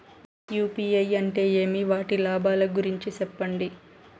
UPI అంటే ఏమి? వాటి లాభాల గురించి సెప్పండి?